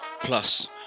Plus